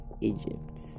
Egypt